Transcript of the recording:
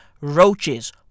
roaches